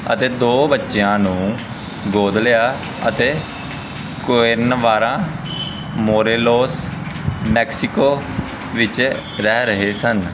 ਅਤੇ ਦੋ ਬੱਚਿਆਂ ਨੂੰ ਗੋਦ ਲਿਆ ਅਤੇ ਕੁਏਰਨਾਵਾਕਾ ਮੋਰੇਲੋਸ ਮੈਕਸੀਕੋ ਵਿੱਚ ਰਹਿ ਰਹੇ ਸਨ